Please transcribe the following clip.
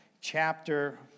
chapter